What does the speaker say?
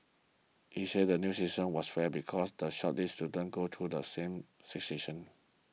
he said the new system was fair because the shortlisted students go through the same stations